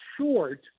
short